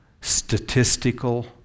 statistical